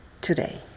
today